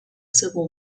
civil